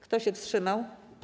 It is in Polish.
Kto się wstrzymał?